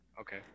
Okay